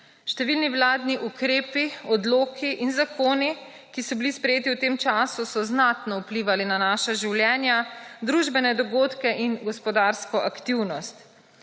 Številni vladni ukrepi, odloki in zakoni, ki so bili sprejeti v tem času, so znatno vplivali na naša življenja, družbene dogodke in gospodarsko aktivnost.